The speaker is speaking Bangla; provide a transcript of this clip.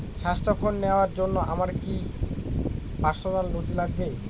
স্বাস্থ্য ঋণ নেওয়ার জন্য আমার কি কি পার্সোনাল নথি লাগবে?